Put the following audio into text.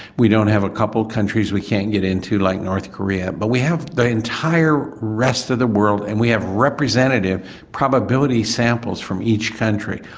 we don't have a couple of countries we can't get into like north korea but we have the entire rest of the world and we have representative probability samples from each country.